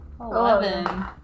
Eleven